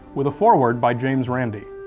with a foreword by james randi.